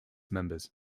members